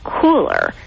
cooler